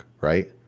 right